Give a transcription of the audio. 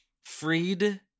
freed